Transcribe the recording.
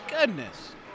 goodness